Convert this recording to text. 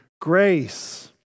grace